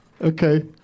Okay